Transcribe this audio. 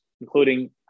including